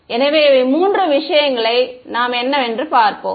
எனவே இவை மூன்று விஷயங்களை நாம் என்ன என்று பார்ப்போம்